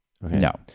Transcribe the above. No